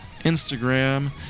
Instagram